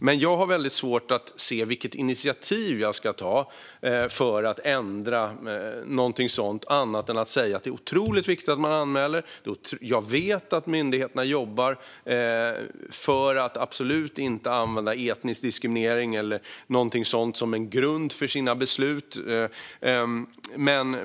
Men jag har väldigt svårt att se vilket initiativ jag ska ta för att ändra något sådant, annat än att säga att det är otroligt viktigt att man anmäler. Jag vet att myndigheterna jobbar för att absolut inte använda etnisk diskriminering eller någonting sådant som en grund för sina beslut.